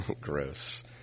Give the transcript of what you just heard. Gross